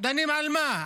דנים על מה?